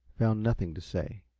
found nothing to say.